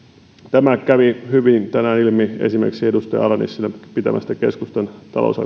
tämä kävi hyvin tänään ilmi esimerkiksi edustaja ala nissilän pitämästä keskustan